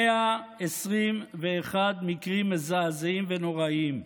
121 מקרים מזעזעים ונוראיים.